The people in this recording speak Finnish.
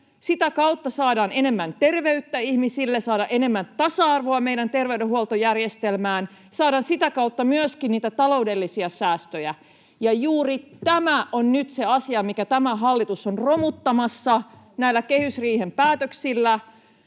Sitä kautta saadaan enemmän terveyttä ihmisille, saadaan enemmän tasa-arvoa meidän terveydenhuoltojärjestelmäämme, saadaan sitä kautta myöskin niitä taloudellisia säästöjä, ja juuri tämä on nyt se asia, minkä tämä hallitus on romuttamassa näillä kehysriihen päätöksillä,